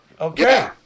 Okay